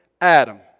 Adam